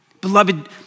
Beloved